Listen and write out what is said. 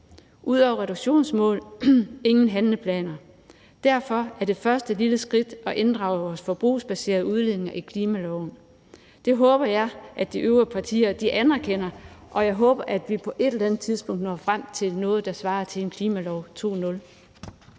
Ud over reduktionsmål er der ingen handleplaner. Derfor er det første lille skridt at inddrage vores forbrugsbaserede udledninger i klimaloven. Det håber jeg at de øvrige partier anerkender, og jeg håber, at vi på et eller andet tidspunkt når frem til noget, der svarer til en klimalov 2.0.